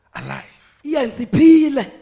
alive